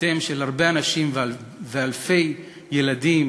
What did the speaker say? ליבותיהם של הרבה אנשים ואלפי ילדים